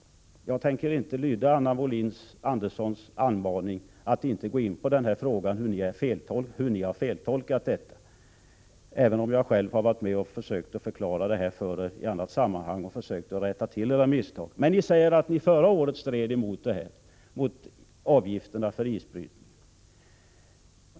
Jag tänker inte lyda Anna Wohlin-Anderssons anmaning att inte gå in på hur ni har feltolkat frågan om isbrytningen, även om jag själv har varit med och försökt att förklara den här frågan för er i annat sammanhang och försökt rätta till era misstag. Ni säger att ni förra året stred mot avgifterna för isbrytning.